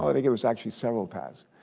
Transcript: ah they give us actually several paths.